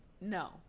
No